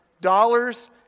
Dollars